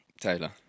Taylor